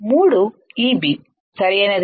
3 ఇ బీమ్ సరైనదేనా